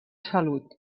salut